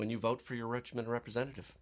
when you vote for your richmond representative